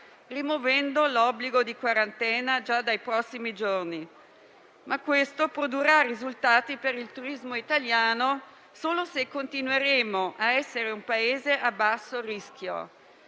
rimuovendo l'obbligo di quarantena già dai prossimi giorni, ma questo produrrà risultati per il turismo italiano solo se continueremo a essere un Paese a basso rischio.